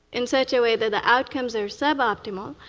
in such a way that the outcomes are suboptimal,